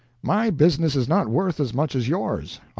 my business is not worth as much as yours.